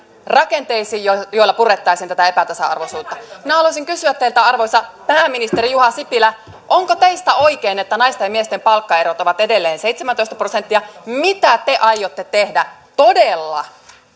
rakenteisiin joilla joilla purettaisiin tätä epätasa arvoisuutta minä haluaisin kysyä teiltä arvoisa pääministeri juha sipilä onko teistä oikein että naisten ja miesten palkkaerot ovat edelleen seitsemäntoista prosenttia mitä te aiotte tehdä todella